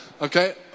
Okay